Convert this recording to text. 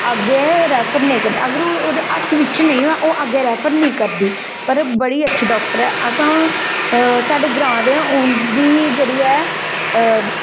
अग्गै रेफर नेईं करदा अगर ओहदे हत्थ बिच नेईं ऐ ते ओह् अग्गै रेफर नेईं करदी पर बड़ी अच्छी डाॅक्टर ऐ अस साढ़े ग्रां दे हां उंदी जेहड़ी ऐ